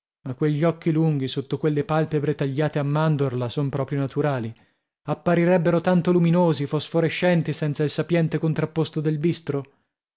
ma quegli occhi lunghi sotto quelle palpebre tagliate a mandorla son proprio naturali apparirebbero tanto luminosi fosforescenti senza il sapiente contrapposto del bistro